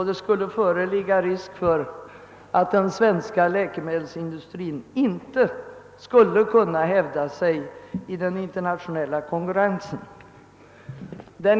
Det skulle medföra risk för att den svenska läkemedelsindustrin inte skulle kunna hävda sig i den internationella konkurrensen.